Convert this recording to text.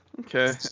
Okay